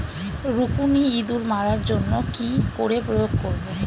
রুকুনি ইঁদুর মারার জন্য কি করে প্রয়োগ করব?